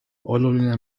oluline